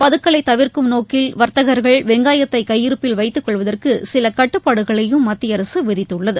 பதுக்கலை தவிர்க்கும் நோக்கில் வர்த்தகர்கள் வெங்காயத்தை கையிருப்பில் வைத்துக் கொள்வதற்கு சில கட்டுப்பாடுகளையும் மத்திய அரசு விதித்துள்ளது